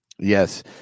Yes